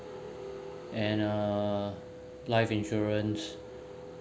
and uh life insurance